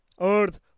earth